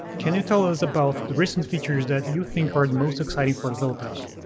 can you tell us about the recent features that you think are most exciting for developers?